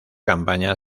campaña